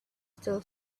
still